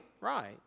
Right